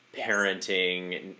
parenting